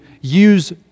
use